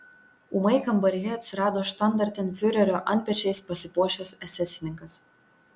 ūmai kambaryje atsirado štandartenfiurerio antpečiais pasipuošęs esesininkas